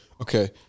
okay